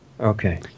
Okay